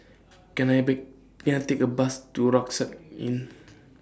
Can I Bay Can I Take A Bus to Rucksack Inn